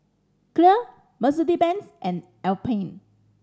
Clear Mercedes Benz and Alpen